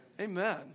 amen